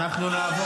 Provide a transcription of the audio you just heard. לא,